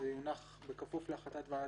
אין